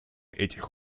этих